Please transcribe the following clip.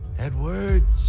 Edwards